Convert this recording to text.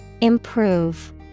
Improve